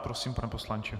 Prosím, pane poslanče.